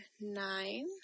nine